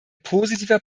positiver